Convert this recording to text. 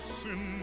sin